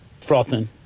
frothing